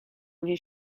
his